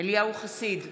אליהו חסיד,